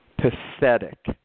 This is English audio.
Pathetic